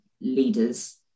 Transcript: leaders